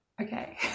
Okay